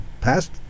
past